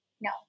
no